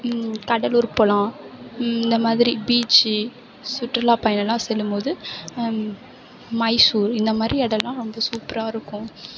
கடலூர் போகலாம் இந்த மாதிரி பீச்சு சுற்றுலா பயணமெலாம் செல்லும்போது மைசூர் இந்த மாதிரி இடலாம் வந்து சூப்பராக இருக்கும்